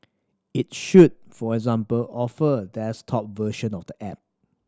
it should for example offer a desktop version of the app